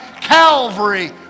Calvary